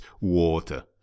water